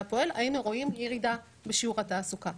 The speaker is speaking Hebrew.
פועל היינו רואים ירידה בשיעור התעסוקה.